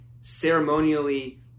ceremonially